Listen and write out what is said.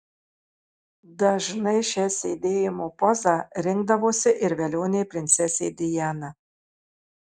dažnai šią sėdėjimo pozą rinkdavosi ir velionė princesė diana